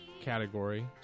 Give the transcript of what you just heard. category